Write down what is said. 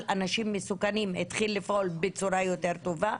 אנשים מסוכנים התחיל לפעול בצורה יותר טובה.